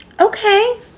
Okay